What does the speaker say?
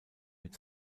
mit